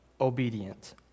obedient